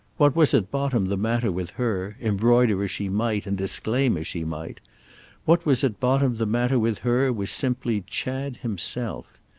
what was at bottom the matter with her, embroider as she might and disclaim as she might what was at bottom the matter with her was simply chad himself.